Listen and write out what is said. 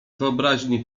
wyobraźni